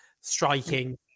striking